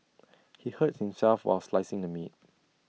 he hurt himself while slicing the meat